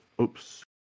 oops